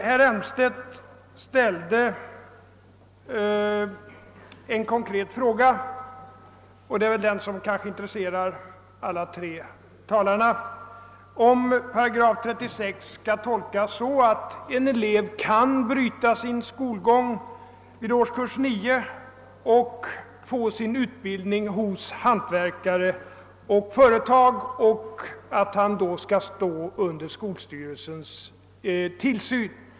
| Herr Elmstedt ställde en konkret fråga — och det är kanske den som intresserar alla tre talarna — om .36 § skollagen skall tolkas så att en elev kan avbryta sin skolgång före årskurs 9 och få sin utbildning hos hantverkare och företag men stå kvar under skolstyrelsens tillsyn.